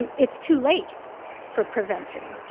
it is too late for prevention.